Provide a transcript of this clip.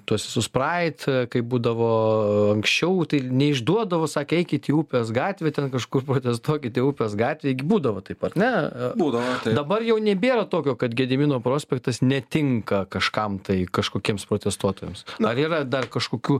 tuos visus praid kaip būdavo anksčiau tai neišduodavo sakė eikit į upės gatvę ten kažkur protestuokite upės gatvėjegi būdavo taip ar ne dabar jau nebėra tokio kad gedimino prospektas netinka kažkam tai kažkokiems protestuotojams ar yra dar kažkokių